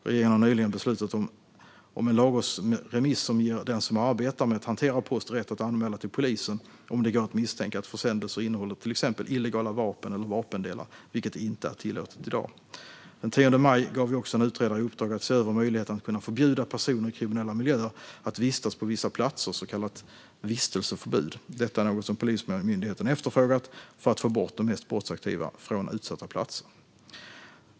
Regeringen har nyligen beslutat om en lagrådsremiss som ger den som arbetar med att hantera post rätt att anmäla till polisen om det går att misstänka att försändelser innehåller till exempel illegala vapen eller vapendelar, vilket inte är tillåtet i dag. Den 10 maj gav vi också en utredare i uppdrag att se över möjligheten att förbjuda personer i kriminella miljöer att vistas på vissa platser, ett så kallat vistelseförbud. Detta är något som Polismyndigheten efterfrågat för att få bort de mest brottsaktiva från utsatta platser.